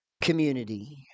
community